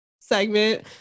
segment